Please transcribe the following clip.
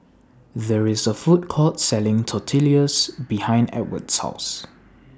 There IS A Food Court Selling Tortillas behind Edw's House